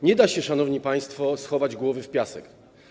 Nie da się, szanowni państwo, schować głowy w piasek.